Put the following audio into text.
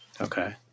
Okay